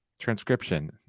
transcription